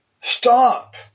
stop